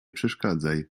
przeszkadzaj